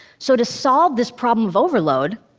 so to solve this problem of overload,